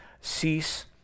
cease